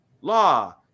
Law